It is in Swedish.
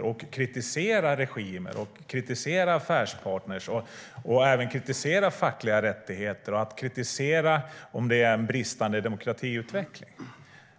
Det handlar om att kritisera regimer och affärspartner, kritisera brist på fackliga rättigheter och kritisera om det är en bristande demokratiutveckling.